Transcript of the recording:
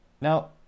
Now